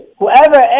whoever